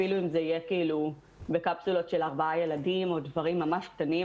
אפילו אם זה בקפסולות של ארבעה ילדים או דברים ממש קטנים,